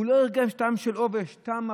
הוא לא הרגיש טעם של עובש, טעם מבחיל,